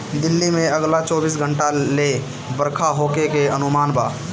दिल्ली में अगला चौबीस घंटा ले बरखा होखे के अनुमान बा